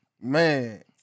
Man